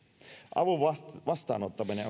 avun vastaanottaminen